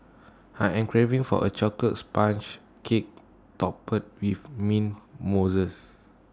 I am craving for A Chocolate Sponge Cake Topped with Mint Mousse